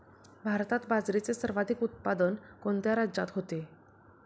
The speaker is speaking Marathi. भारतात बाजरीचे सर्वाधिक उत्पादन कोणत्या राज्यात होते?